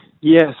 Yes